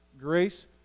grace